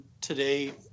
today